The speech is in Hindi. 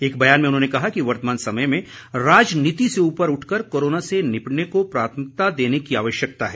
एक बयान में उन्होंने कहा कि वर्तमान समय में राजनीति से ऊपर उठकर कोरोना से निपटने को प्राथमिकता देने की ज़रूरत है